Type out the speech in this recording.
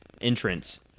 Entrance